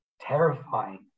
terrifying